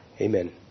Amen